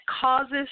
causes